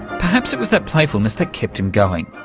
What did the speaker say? perhaps it was that playfulness that kept him going.